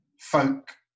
folk